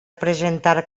presentar